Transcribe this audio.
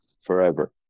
forever